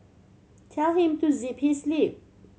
tell him to zip his lip